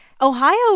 Ohio